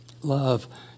love